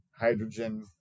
hydrogen